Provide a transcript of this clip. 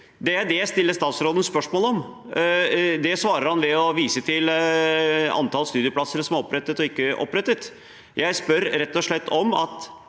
det er det jeg stiller statsråden spørsmål om. Det svarer han på ved å vise til antall studieplasser som er opprettet og ikke opprettet. Jeg spør rett og slett om det